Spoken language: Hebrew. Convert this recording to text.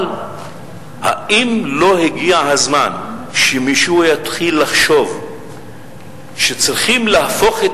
אבל האם לא הגיע הזמן שמישהו יתחיל לחשוב שצריכים להפוך את